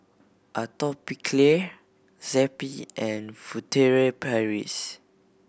Atopiclair Zappy and Furtere Paris